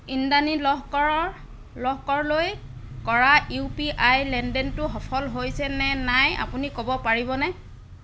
ইন্দ্ৰাণী লহকৰৰ লহকৰলৈ কৰা ইউ পি আই লেনদেনটো সফল হৈছে নে নাই আপুনি ক'ব পাৰিবনে